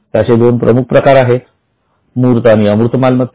त्याचे दोन प्रमुख प्रकार आहेत मूर्त आणि अमूर्त मालमत्ता